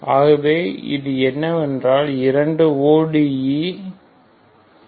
ஆகவே இது என்னவென்றால் இரண்டு ODE களை சால்வ் செய்தால்